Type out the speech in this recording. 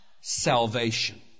salvation